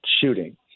shooting